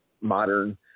modern